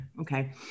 Okay